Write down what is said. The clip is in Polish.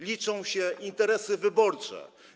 Liczą się interesy wyborcze.